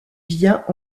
vient